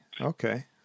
Okay